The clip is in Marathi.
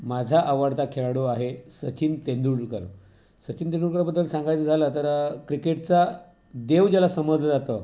माझा आवडता खेळाडू आहे सचिन तेंदुलकर सचिन तेंदुलकरबद्दल सांगायचं झालं तर क्रिकेटचा देव ज्याला समजलं जातं